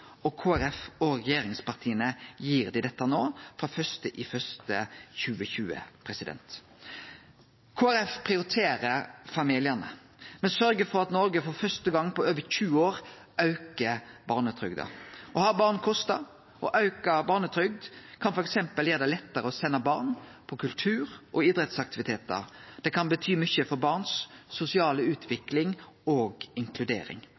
Kristeleg Folkeparti og regjeringspartia gir dei dette frå 1. januar 2020. Kristeleg Folkeparti prioriterer familiane. Me sørgjer for at Noreg for første gong på over 20 år aukar barnetrygda. Å ha barn kostar. Auka barnetrygd kan f.eks. gjere det lettare å sende barna på kultur- og idrettsaktivitetar. Det kan bety mykje for den sosiale utviklinga til barna og